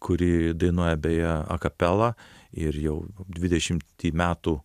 kuri dainuoja beje akapelą ir jau dvidešimtį metų